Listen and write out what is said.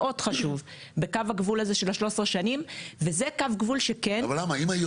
את הרציונל המאוד חשוב בקו הגבול הזה של ה-13 שנים --- אם היום